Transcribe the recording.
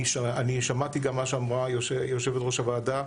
אני שמעתי גם מה שאמרה יושבת ראש הוועדה,